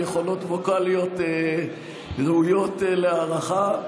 יכולות ווקאליות ראויות להערכה.